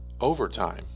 overtime